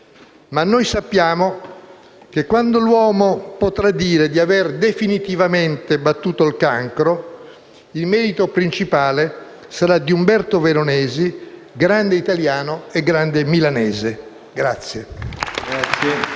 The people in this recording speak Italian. Ma noi sappiamo che quando l'uomo potrà dire di aver definitivamente battuto il cancro, il merito principale sarà di Umberto Veronesi, grande italiano e grande milanese.